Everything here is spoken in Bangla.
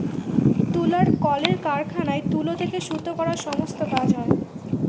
তুলার কলের কারখানায় তুলো থেকে সুতো করার সমস্ত কাজ হয়